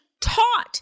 taught